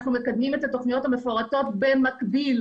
אנחנו מקדמים את התוכניות המפורטות במקביל.